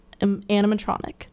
animatronic